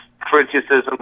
criticism